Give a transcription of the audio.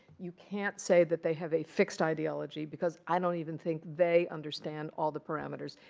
you can't say that they have a fixed ideology, because i don't even think they understand all the parameters.